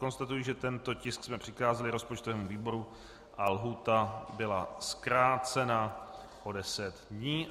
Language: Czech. Konstatuji, že tento tisk jsme přikázali rozpočtovému výboru a lhůta byla zkrácena o 10 dní.